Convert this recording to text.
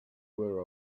were